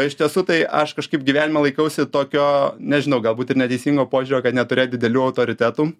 iš tiesų tai aš kažkaip gyvenime laikausi tokio nežinau galbūt ir neteisingo požiūrio kad neturėt didelių autoritetų